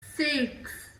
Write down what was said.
six